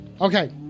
Okay